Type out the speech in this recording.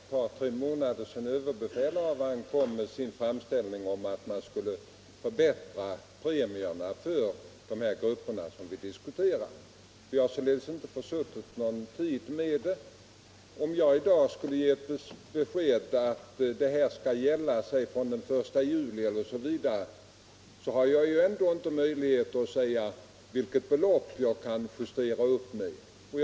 Herr talman! Det är bara ett par tre månader sedan överbefälhavaren kom med sin framställning om förbättring av premierna för de grupper vi diskuterar. Jag har således inte försuttit någon tid. Om jag i dag skulle ge ett besked att bestämmelserna skall gälla låt mig säga från den 1 juli, så har jag ju ändå inte möjlighet att ange med vilket belopp jag kan justera upp premierna.